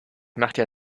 mache